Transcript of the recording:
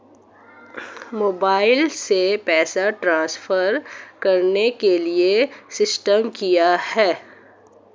Mobile से पैसे transfer करने के लिए सिस्टम क्या है?